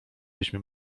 byśmy